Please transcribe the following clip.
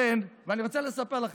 ואני רוצה לספר לכם,